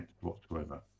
whatsoever